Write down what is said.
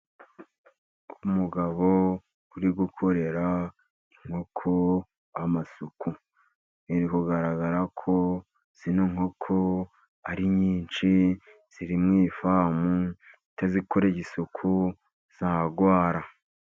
Umugabo uri gukorera inkoko amasuku. Biri kugaragara ko izi nkoko ari nyinshi, ziri mu ifamu. Utazikoreye isuku, zarwara.